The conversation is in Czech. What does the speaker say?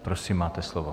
Prosím, máte slovo.